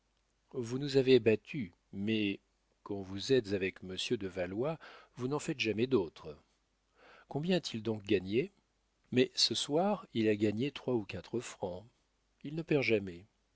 vous nous avez battus mais quand vous êtes avec monsieur de valois vous n'en faites jamais d'autres combien a-t-il donc gagné mais ce soir il a gagné trois ou quatre francs il ne perd jamais